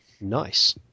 Nice